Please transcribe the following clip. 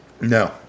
no